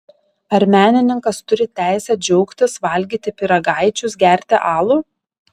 ar menininkas turi teisę džiaugtis valgyti pyragaičius gerti alų